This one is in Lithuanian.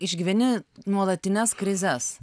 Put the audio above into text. išgyveni nuolatines krizes